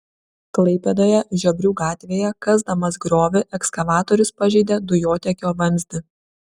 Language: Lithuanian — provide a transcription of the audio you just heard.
klaipėdoje žiobrių gatvėje kasdamas griovį ekskavatorius pažeidė dujotiekio vamzdį